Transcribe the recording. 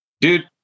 dude